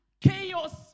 chaos